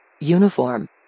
Uniform